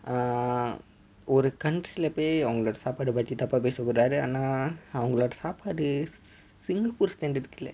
uh ஒரு:oru country லே பொய் அவர்களோடே சாப்பாடே தப்பா பேச கூடாது ஆனா அவர்களோடே சாப்பாடு:le poi avangalode sapade thappa pesa koodathu aana avangalode saapadu singapore standard க்கு இல்லை:kku illai